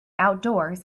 outdoors